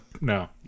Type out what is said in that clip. no